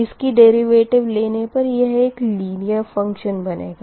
इसकी डेरिवेटिव लेने पर यह एक लिनीयर फ़नक्षन बनेगा